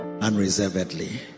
unreservedly